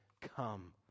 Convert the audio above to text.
Come